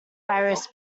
iris